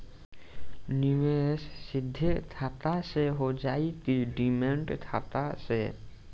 निवेश सीधे खाता से होजाई कि डिमेट खाता से?